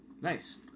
Nice